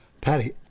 Patty